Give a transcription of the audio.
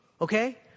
okay